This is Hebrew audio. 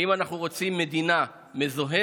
האם אנחנו רוצים מדינה מזוהמת,